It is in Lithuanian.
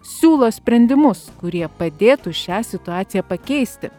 siūlo sprendimus kurie padėtų šią situaciją pakeisti